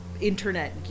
internet